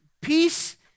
peace